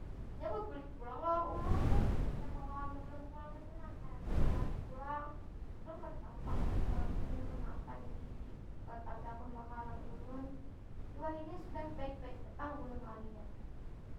Nya bebulik pulang lawan ulun, kaya mengawani ullun pulang kaytu nah. Kaya bahari pulang. Tapi ulun kada tahu pang lah semalam tu inya kenapa jadi kada tapi hakun bekawan lawan ulun. Tapi wahini sudah baik- baik ja pang ulun lawan inya.